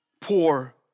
poor